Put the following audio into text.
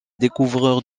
découvreur